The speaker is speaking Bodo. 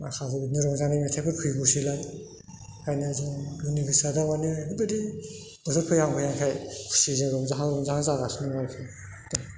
माखासे बिदिनो रंजानाय मेथाइफोर फैगौसैलाय ओंखायनो जोंनि गोसोआ दा माने ओरैबायदि बोथोर फैहां फैहांखाय खुसिजों रंजाहां रंजाहां जागासिनो दं आरोखि